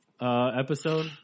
episode